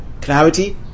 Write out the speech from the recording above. Clarity